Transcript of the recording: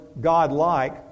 God-like